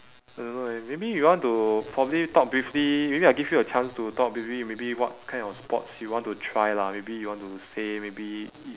I don't know leh maybe you want to probably talk briefly maybe I give you a chance to talk briefly maybe what kind of sports you want to try lah maybe you want to say maybe it